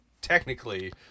technically